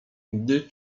gdy